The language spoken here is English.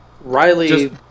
Riley